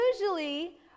usually